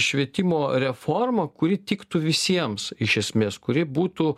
švietimo reformą kuri tiktų visiems iš esmės kuri būtų